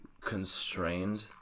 constrained